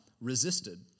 Resisted